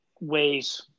ways